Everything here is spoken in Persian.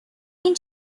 این